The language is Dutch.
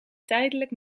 tijdelijk